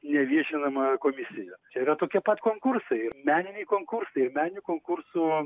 neviešinama komisija čia yra tokie pat konkursai meniniai konkursai ir meninių konkursų